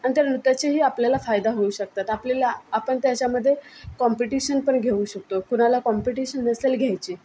अन त्या नृत्याचेही आपल्याला फायदा होऊ शकतात आपल्याला आपण त्याच्यामधे कॉम्पिटिशन पण घेऊ शकतो कुणाला कॉम्पिटिशन नसेल घ्यायची